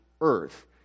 earth